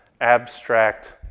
abstract